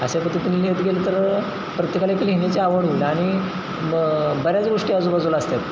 अशा पद्धतीने लिहित गेलं तर प्रत्येकाला एक लिहिण्याची आवड होईल आणि मग बऱ्याच गोष्टी आजूबाजूला असतात